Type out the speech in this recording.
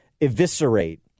eviscerate